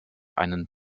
einen